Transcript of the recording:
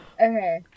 Okay